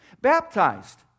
baptized